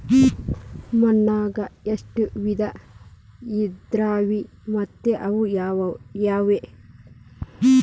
ಮಣ್ಣಾಗ ಎಷ್ಟ ವಿಧ ಇದಾವ್ರಿ ಮತ್ತ ಅವು ಯಾವ್ರೇ?